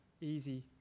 easy